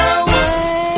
away